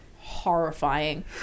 horrifying